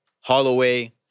Holloway